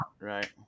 right